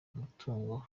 umutungo